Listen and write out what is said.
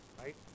right